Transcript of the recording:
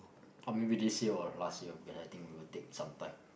or maybe this year or last year because I think we will take some time